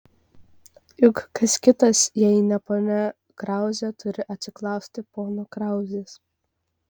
juk kas kitas jei ne ponia krauzė turi atsiklausti pono krauzės